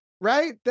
right